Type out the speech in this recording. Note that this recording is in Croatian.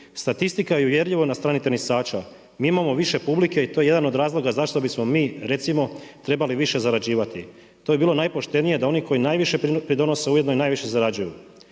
„Statistika je uvjerljivo na strani tenisača, mi imamo više publike i to je jedan od razloga zašto bismo mi recimo trebali više zarađivati. To bi bilo najpoštenije da oni koji najviše pridonose ujedno i najviše zarađuju.